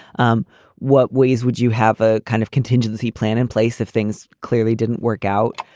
um what ways would you have a kind of contingency plan in place if things clearly didn't work out?